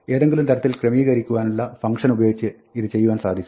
ഏതെങ്കിലും തരത്തിൽ ക്രമികരിക്കുവാനുള്ള sorted ഫംഗ്ഷനുപയോഗിച്ച് ഇത് ചെയ്യുവാൻ സാധിക്കും